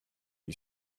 you